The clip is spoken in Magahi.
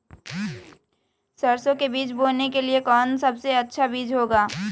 सरसो के बीज बोने के लिए कौन सबसे अच्छा बीज होगा?